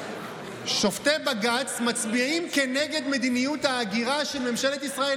שופטי בג"ץ מצביעים כנגד מדיניות ההגירה של ממשלת ישראל,